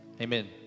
Amen